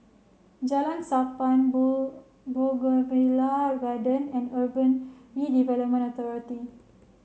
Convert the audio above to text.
Jalan Sappan Bougainvillea Garden and Urban Redevelopment Authority